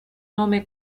nome